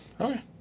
okay